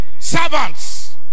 servants